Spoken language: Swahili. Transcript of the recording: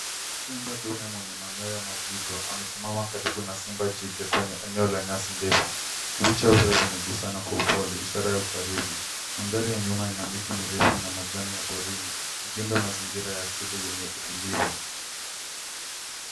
Simba dume mwenye manyonya mazito, amesimama karibu na simba jike, kwenye eneo la nyasi ndefu. Vichwa vyao vimeguzana kwa upole, ishara ya ukaribu. Mandhari ya nyuma ina miti mirefu, na majani ya porini, ikiunda mazingira ya siri, yenye utulivu.